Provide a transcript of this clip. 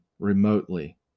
remotely